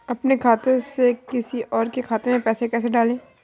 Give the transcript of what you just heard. अपने खाते से किसी और के खाते में पैसे कैसे डालें?